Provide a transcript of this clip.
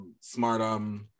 smart